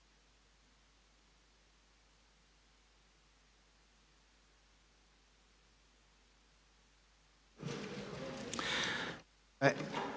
Hvala.